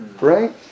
Right